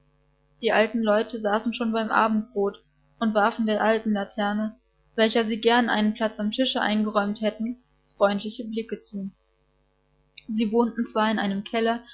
die alten leute saßen schon beim abendbrot und warfen der alten laterne welcher sie gern einen platz am tische eingeräumt hätten freundliche blicke zu sie wohnten zwar in einem keller